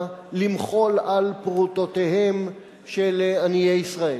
למחול על פרוטותיהם של עניי ישראל.